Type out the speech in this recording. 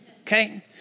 Okay